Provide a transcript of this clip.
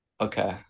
Okay